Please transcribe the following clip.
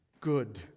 good